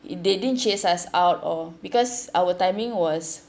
they didn't chase us out or because our timing was